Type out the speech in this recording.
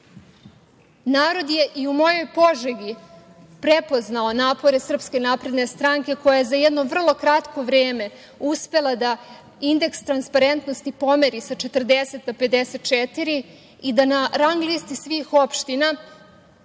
Narod je i u mojoj Požegi prepoznao napore SNS, koja je za jedno vrlo kratko vreme uspela da indeks transparentnosti pomeri sa 40. na 54. i da se na rang-listi svih opština